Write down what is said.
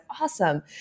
awesome